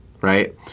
right